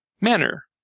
manner